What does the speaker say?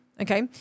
Okay